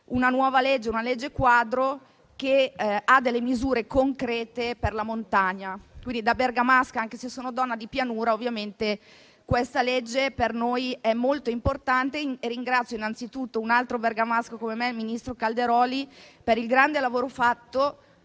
Questa è una legge quadro che ha delle misure concrete per la montagna. Da bergamasca, anche se sono donna di pianura, questa legge per noi è molto importante. Ringrazio innanzitutto un altro bergamasco come me, il ministro Calderoli, per il grande lavoro fatto